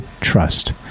trust